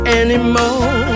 anymore